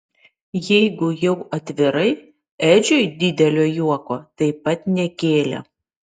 jeigu jau atvirai edžiui didelio juoko taip pat nekėlė